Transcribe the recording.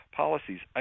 policies